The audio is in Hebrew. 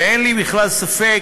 ואין לי בכלל ספק